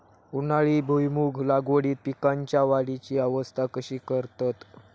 उन्हाळी भुईमूग लागवडीत पीकांच्या वाढीची अवस्था कशी करतत?